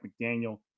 McDaniel